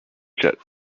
jet